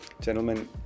Gentlemen